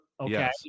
Okay